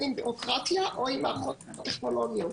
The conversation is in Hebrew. עם בירוקרטיה או עם מערכות טכנולוגיות.